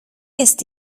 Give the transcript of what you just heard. jest